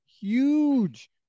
huge